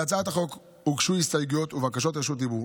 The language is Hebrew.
להצעת החוק הוגשו הסתייגויות ובקשות רשות דיבור.